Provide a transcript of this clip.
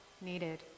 needed